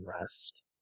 rest